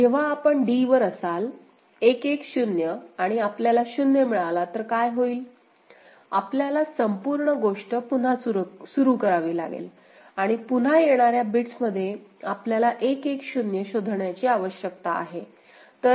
आता जेव्हा आपण d वर असाल 1 1 0 आणि आपल्याला 0 मिळाला तर काय होईल आपल्याला संपूर्ण गोष्ट पुन्हा सुरू करावी लागेल म्हणजे पुन्हा येणार्या बिट्स मध्ये आपल्याला 1 1 0 शोधण्याची आवश्यकता आहे